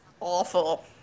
awful